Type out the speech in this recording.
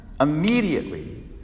immediately